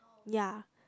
ya